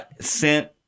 sent